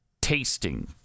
tasting